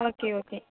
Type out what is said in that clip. okay okay